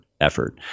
effort